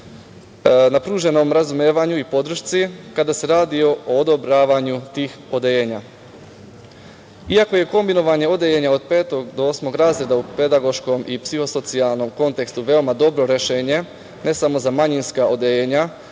na pruženom razumevanju i podršci kada se radi o odobravanju tih odeljenja. Iako je kombinovanje odeljenja od petog do osnovnog razreda u pedagoškom i psihosocijalnom kontekstu veoma dobro rešenje ne samo za manjinska odeljenja,